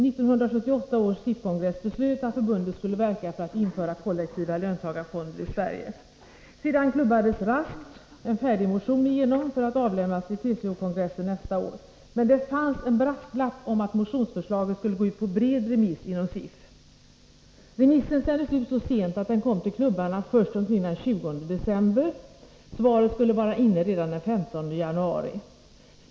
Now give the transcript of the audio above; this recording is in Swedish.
1978 års SIF-kongress beslöt att förbundet skulle verka för att införa kollektiva löntagarfonder i Sverige. Sedan klubbades raskt en färdig motion igenom för att avlämnas till TCO-kongressen nästa år. Men det fanns en brasklapp om att motionsförslaget skulle gå ut på bred remiss inom SIF. Remissen sändes ut så sent att den kom till klubbarna först omkring den 20 december. Svaret skulle vara inne redan den 15 januari.